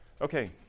Okay